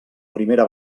primera